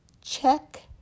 Check